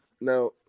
no